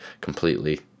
completely